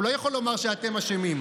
הוא לא יכול לומר שאתם אשמים.